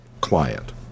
client